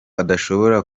adashobora